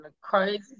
crazy